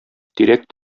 тирәк